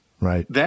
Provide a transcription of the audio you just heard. Right